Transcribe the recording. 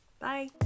bye